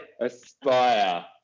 aspire